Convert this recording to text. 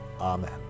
Amen